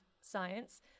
science